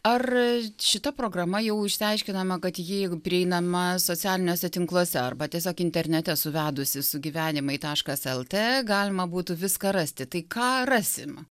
ar šita programa jau išsiaiškinome kad ji prieinama socialiniuose tinkluose arba tiesiog internete suvedus sugyvenimai taškas lt galima būtų viską rasti tai ką rasim